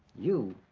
you,